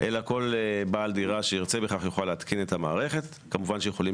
אלא כל בעל דירה שירצה בכך יוכל להתקין את המערכת כמובן שיכולים